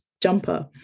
jumper